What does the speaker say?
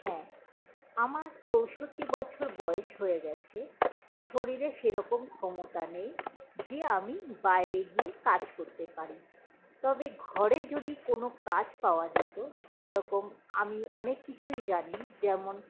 হ্যাঁ আমার চৌষট্টি বছর বয়েস হয়ে গেছে শরীরে সে রকম ক্ষমতা নেই যে আমি বাইরে গিয়ে কাজ করতে পারি তবে ঘরে যদি কোনো কাজ পাওয়া যেতো যে রকম আমি অনেক কিছুই জানি যেমন